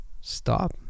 stop